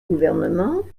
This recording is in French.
gouvernement